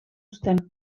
zuten